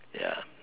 ya